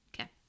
Okay